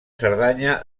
cerdanya